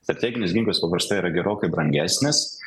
strateginis ginklas paprastai yra gerokai brangesnis